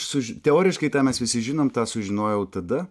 su teoriškai tą mes visi žinom tą sužinojau tada